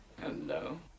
Hello